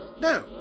No